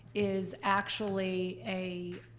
is actually a